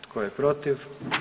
Tko je protiv?